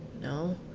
no.